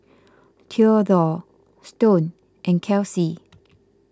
theodore Stone and Kelcie